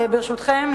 ברשותכם,